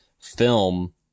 film